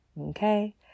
okay